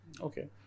Okay